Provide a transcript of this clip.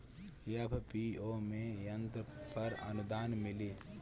FPO में यंत्र पर आनुदान मिँली?